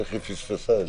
איך היא פספסה את זה.